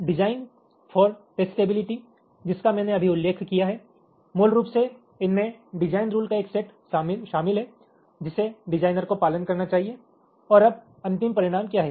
design for testability जिसका मैंने अभी उल्लेख किया है मूल रूप से इनमें डिज़ाइन रुल का एक सेट शामिल है जिसे डिजाइनर को पालन करना चाहिए और अब अंतिम परिणाम क्या है